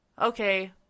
okay